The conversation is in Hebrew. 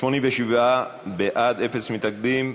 87 בעד, אפס מתנגדים.